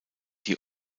die